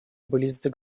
близится